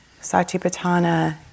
Satipatthana